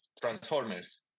Transformers